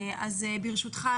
ברשותך,